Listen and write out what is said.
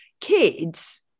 Kids